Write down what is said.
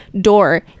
door